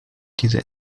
diese